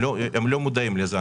הם לא מודעים לזה.